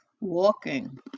walking